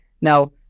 Now